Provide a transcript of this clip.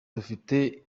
dufite